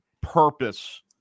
purpose